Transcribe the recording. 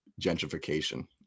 gentrification